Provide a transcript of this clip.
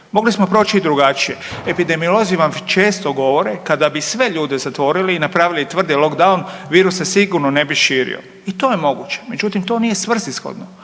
Mogli smo proći drugačije. Epidemiolozi vam često govor kada bi sve ljude zatvorili i napravili tvrdi lockdown virus se sigurno ne bi širio i to je moguće, međutim to nije svrsishodno,